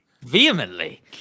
Vehemently